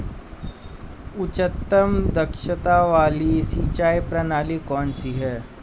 उच्चतम दक्षता वाली सिंचाई प्रणाली कौन सी है?